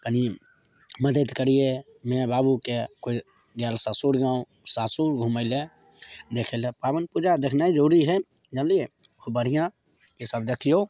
कनि मदति करिए माइ बाबूके कोइ गेल ससुर गाम सासुर घुमैले देखैले पाबनि पूजा देखनाइ जरूरी हइ जानलिए बढ़िआँ ईसब देखिऔ